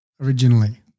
originally